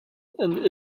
and